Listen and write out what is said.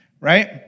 right